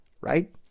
Right